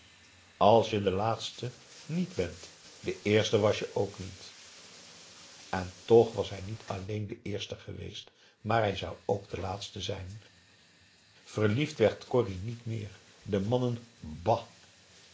als je de laatste niet bent de eerste was je ook niet en toch was hij niet alleen de eerste geweest maar hij zou ook de laatste zijn verliefd werd corrie niet meer de mannen bah